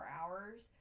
hours